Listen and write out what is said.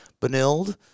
Benilde